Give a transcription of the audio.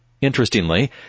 Interestingly